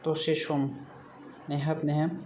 दसे सम नेहाब नेहाब